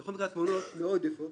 בכל מקרה התמונות מאוד יפות